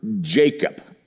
Jacob